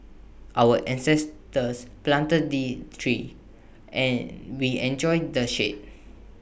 our ancestors planted the trees and we enjoy the shade